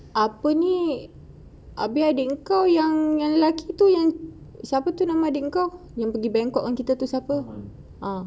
apa ni habis adik engkau yang lelaki tu yang siapa tu nama dik engkau yang pergi bangkok dengan kita tu siapa ah